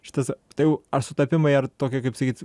šitas tai jau ar sutapimai ar tokie kaip sakyt